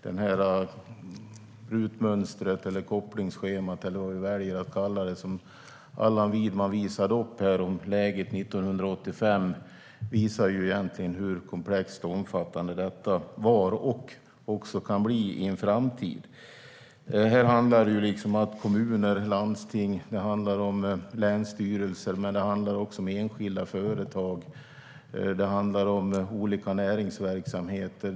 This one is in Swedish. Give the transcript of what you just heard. Det rutmönster, kopplingsschema eller vad vi väljer att kalla det, som Allan Widman visade upp om läget 1985 visar hur komplext och omfattande det var - och kan bli i framtiden. Det handlar om kommuner, landsting och länsstyrelser, men det handlar också om enskilda företag, om olika näringsverksamheter.